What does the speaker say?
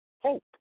hope